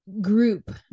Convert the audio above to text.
group